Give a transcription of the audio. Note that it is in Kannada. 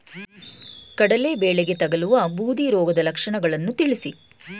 ಕಡಲೆ ಬೆಳೆಗೆ ತಗಲುವ ಬೂದಿ ರೋಗದ ಲಕ್ಷಣಗಳನ್ನು ತಿಳಿಸಿ?